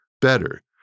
better